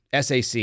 SAC